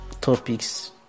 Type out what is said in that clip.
topics